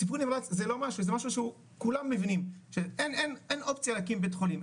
טיפול נמרץ זה משהו שכולם מבינים שאין אופציה להקים בית חולים,